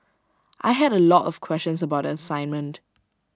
I had A lot of questions about the assignment